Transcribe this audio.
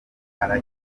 bafite